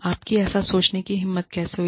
आपकी ऐसा सोचने की हिम्मत कैसे हुई